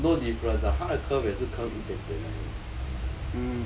no difference ah 他的 curve 也是 curve 一点点而已